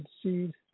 seed